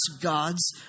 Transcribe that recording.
God's